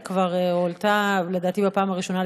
היא כבר הועלתה לדעתי בפעם הראשונה על